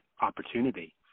opportunity